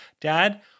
Dad